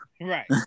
right